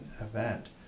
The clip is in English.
event